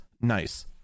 nice